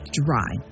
dry